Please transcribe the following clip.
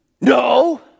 No